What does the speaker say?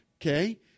Okay